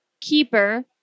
keeper